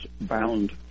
bound